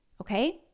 Okay